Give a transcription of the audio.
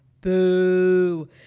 Boo